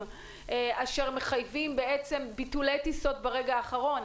אשר מחייבים ביטולי טיסות ברגע האחרון.